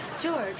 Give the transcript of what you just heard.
George